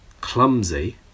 clumsy